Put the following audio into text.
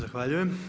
Zahvaljujem.